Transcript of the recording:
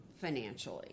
financially